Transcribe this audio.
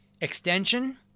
extension